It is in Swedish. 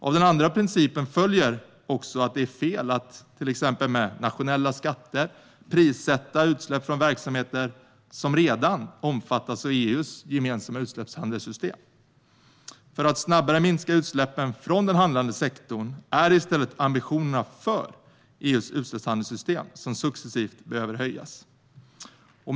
Av den andra principen följer också att det är fel att till exempel med nationella skatter prissätta utsläpp från verksamheter som redan omfattas av EU:s gemensamma utsläppshandelssystem. För att snabbare minska utsläppen från den handlande sektorn är det i stället ambitionerna för EU:s utsläppshandelssystem som successivt behöver höjas.